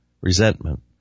resentment